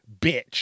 bitch